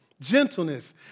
gentleness